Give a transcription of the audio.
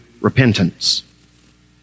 repentance